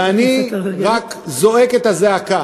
ואני רק זועק את הזעקה